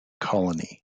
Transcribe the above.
colony